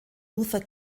luther